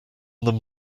them